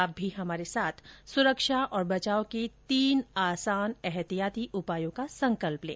आप भी हमारे साथ सुरक्षा और बचाव के तीन आसान एहतियाती उपायों का संकल्प लें